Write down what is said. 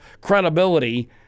credibility